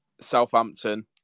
Southampton